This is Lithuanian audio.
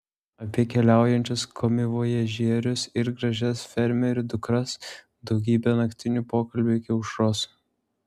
apie keliaujančius komivojažierius ir gražias fermerių dukras daugybė naktinių pokalbių iki aušros